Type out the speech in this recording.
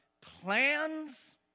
plans